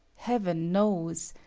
heaven knows!